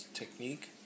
technique